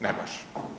Ne baš.